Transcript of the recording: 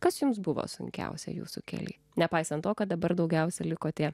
kas jums buvo sunkiausia jūsų kelyje nepaisant to kad dabar daugiausiai likote